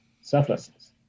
selflessness